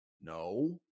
No